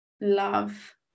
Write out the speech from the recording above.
love